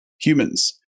Humans